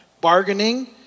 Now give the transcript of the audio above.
bargaining